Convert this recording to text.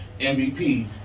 MVP